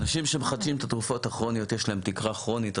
אנשים שמחדשים את התרופות הכרוניות יש להם תקרה כרונית,